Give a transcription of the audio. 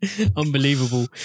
unbelievable